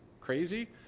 crazy